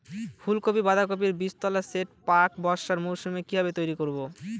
ফুলকপি বাধাকপির বীজতলার সেট প্রাক বর্ষার মৌসুমে কিভাবে তৈরি করব?